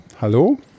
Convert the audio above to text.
hallo